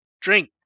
drink